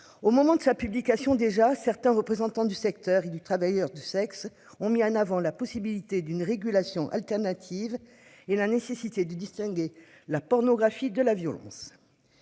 Au moment de sa publication déjà certains représentants du secteur y'du travailleurs du sexe ont mis en avant la possibilité d'une régulation alternative et la nécessité de distinguer la pornographie, de la violence.